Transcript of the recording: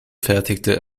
fertigte